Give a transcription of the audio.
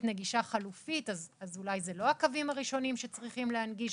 נגישה חלופית אז אולי אלה לא הקווים הראשונים שצריך להנגיש.